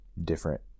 different